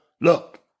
look